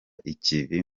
ikivi